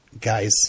guys